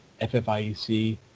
FFIEC